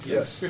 Yes